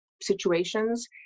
situations